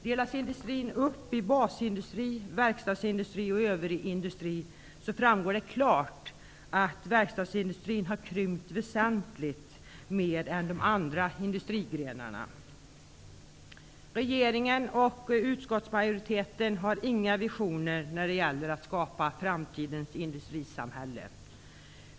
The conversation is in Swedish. Delas industrin upp i basindustri, verkstadsindustri och övrig industri framgår det klart att verkstadsindustrin har krympt väsentligt mer än de andra industrigrenarna. Regeringen och utskottsmajoriteten har inga visioner när det gäller att skapa framtidens industrisamhälle.